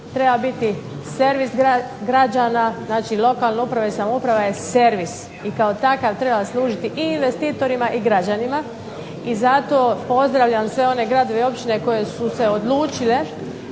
treba biti servis građana. Znači, lokalna uprava i samouprava je servis i kao takav treba služiti i investitorima i građanima. I zato pozdravljam sve one gradove i općine koje su se odlučile